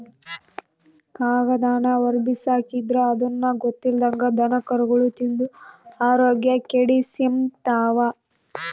ಕಾಗದಾನ ಹೊರುಗ್ಬಿಸಾಕಿದ್ರ ಅದುನ್ನ ಗೊತ್ತಿಲ್ದಂಗ ದನಕರುಗುಳು ತಿಂದು ಆರೋಗ್ಯ ಕೆಡಿಸೆಂಬ್ತವ